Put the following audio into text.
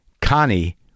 Connie